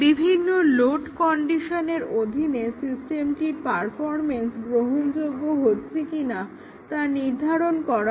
বিভিন্ন লোড কন্ডিশনের অধীনে সিস্টেমটি পারফরম্যান্স গ্রহণযোগ্য হচ্ছে কিনা তা নির্ধারণ করা হয়